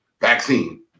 vaccine